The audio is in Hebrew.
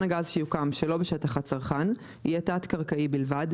הגז שיוקם שלא בשטח הצרכן יהיה תת־קרקעי בלבד,